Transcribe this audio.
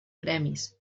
premis